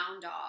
dog